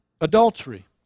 adultery